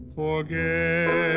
forget